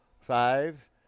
Five